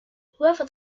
whoever